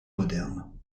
moderne